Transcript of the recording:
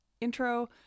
intro